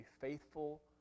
faithful